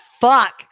fuck